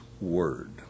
word